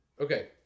Okay